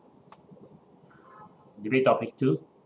debate topic two